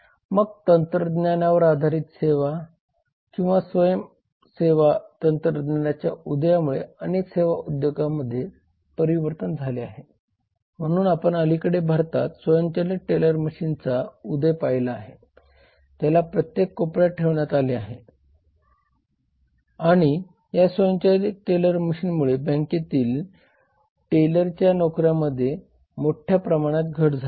मग तंत्रज्ञानावर आधारित ई सेवा किंवा स्वयं सेवा तंत्रज्ञानाच्या उदयामुळे अनेक सेवा उद्योगांमध्ये परिवर्तन झाले आहे म्हणून आपण अलीकडे भारतात स्वयंचलित टेलर मशीनचा उदय पाहिला आहे ज्याला प्रत्येक कोपऱ्यात ठेवण्यात आले आहे आणि या स्वयंचलित टेलर मशीनमूळे बँकेतील टेलरच्या नोकऱ्यांमध्ये मोठ्या प्रमाणात घट झाली आहे